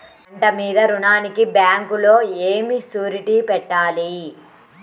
పంట మీద రుణానికి బ్యాంకులో ఏమి షూరిటీ పెట్టాలి?